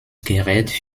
gerät